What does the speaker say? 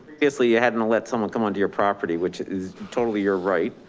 easily you hadn't to let someone come onto your property, which is totally your right.